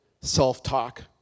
Self-talk